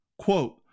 Quote